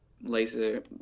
laser